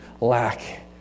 lack